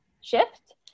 shift